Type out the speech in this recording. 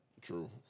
True